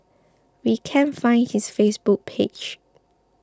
we can't find his Facebook page